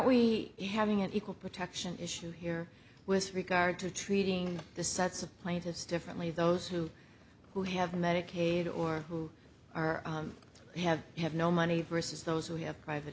we having an equal protection issue here with regard to treating the sets of plaintiffs differently those who who have medicaid or who are have had no money versus those who have private